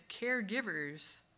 caregivers